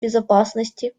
безопасности